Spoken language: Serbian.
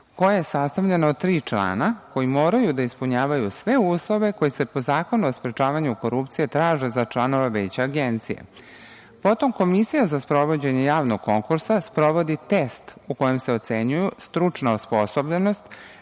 koje je sastavljeno od tri člana, koji moraju da ispunjavaju sve uslove koji se po Zakonu o sprečavanju korupcije traže za članove Veća Agencije. Potom, Komisija za sprovođenje javnog konkursa sprovodi test u kojem se ocenjuju stručna osposobljenost,